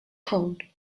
cold